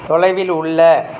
தொலைவில் உள்ள